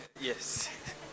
Yes